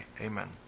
amen